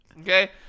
Okay